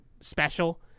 special